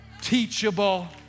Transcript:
teachable